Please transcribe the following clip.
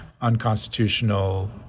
unconstitutional